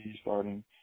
starting